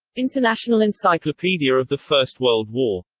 international encyclopedia of the first world war.